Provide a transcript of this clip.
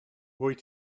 rwyt